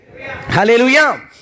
Hallelujah